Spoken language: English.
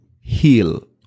heal